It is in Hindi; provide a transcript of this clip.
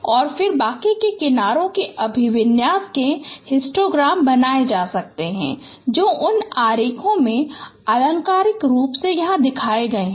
और फिर बाकि के किनारे के अभिविन्यास के हिस्टोग्राम बनाएं जा सकते है जो उन आरेखों में आलंकारिक रूप से यहां दिखाए गए हैं